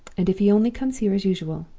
and if he only comes here as usual,